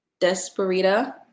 Desperita